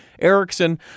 Erickson